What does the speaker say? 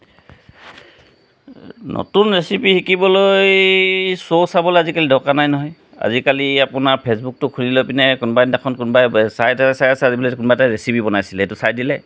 নতুন ৰেচিপি শিকিবলৈ শ্ব' চাবলৈ আজিকালি দৰকাৰ নাই নহয় আজিকালি আপোনাৰ ফেচবুকটো খুলি লৈ পিনে কোনোবা এদিনাখন কোনোবাই চাই তেওঁ চাই আছে আজি বোলে কোনোবা এটাই ৰেচিপি বনাইছিলে সেইটো চাই দিলেই দিলে